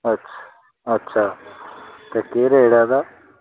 अच्छा अच्छा ते केह् रेट ऐ एह्दा